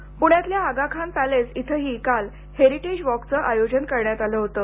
पूण्यातल्या आगाखान पॅलेस इथेही काल हेरिटेज वॉकचं आयोजन करण्यात आलं होतं